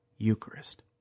Eucharist